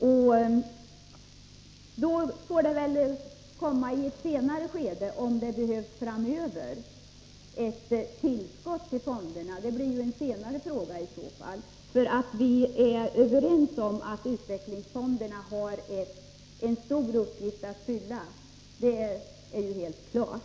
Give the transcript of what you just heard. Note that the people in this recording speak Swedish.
Man får i ett senare skede bedöma om det behövs ett tillskott till fonderna. Det blir i så fall en senare fråga. Vi är överens om att utvecklingsfonderna har en stor uppgift att fylla. Det är helt klart.